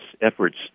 efforts